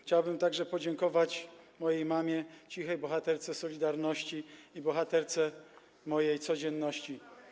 Chciałbym także podziękować mojej mamie, cichej bohaterce „Solidarności” i bohaterce mojej codzienności.